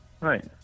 Right